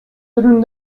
ürün